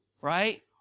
Right